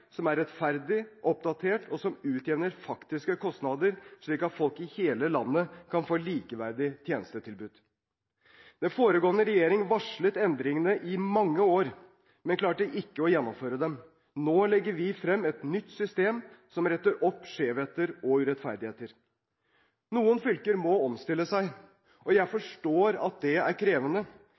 som er rettferdig og oppdatert, og som utjevner faktiske kostnader, slik at folk i hele landet kan få et likeverdig tjenestetilbud. Den foregående regjeringen varslet endringer i mange år, men klarte ikke å gjennomføre dem. Nå legger vi frem et nytt system, som retter opp skjevheter og urettferdigheter. Noen fylker må omstille seg. Jeg forstår at det er krevende,